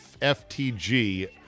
FTG